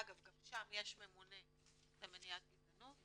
אגב גם שם יש ממונה למניעת גזענות